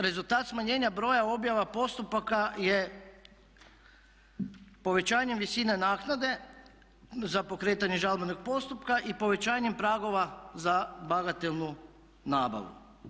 Rezultat smanjenja broja objava postupaka je povećanjem visine naknade za pokretanje žalbenog postupka i povećanjem pragova za bagatelnu nabavu.